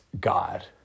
God